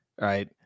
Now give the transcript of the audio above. right